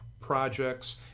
projects